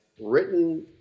written